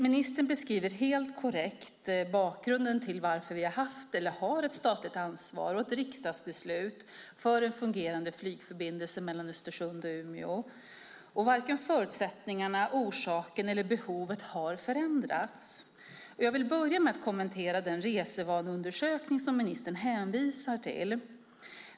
Ministern beskriver helt korrekt bakgrunden till varför vi har haft eller har ett statligt ansvar och ett riksdagsbeslut för en fungerande flygförbindelse mellan Östersund och Umeå. Varken förutsättningarna, orsaken eller behovet har dock förändrats, och jag vill börja med att kommentera den resvaneundersökning som ministern hänvisar till.